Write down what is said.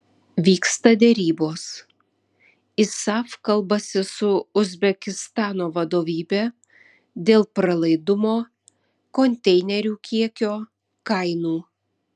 vyksta derybos isaf kalbasi su uzbekistano vadovybe dėl pralaidumo konteinerių kiekio kainų